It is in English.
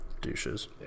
Douches